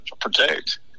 protect